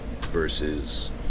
versus